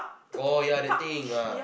oh yeah the thing ah